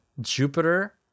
Jupiter